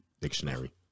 dictionary